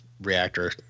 reactor